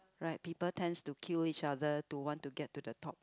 right people tend to kill each other to want to get to the top